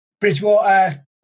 Bridgewater